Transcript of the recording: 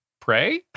pray